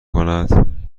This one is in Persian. کند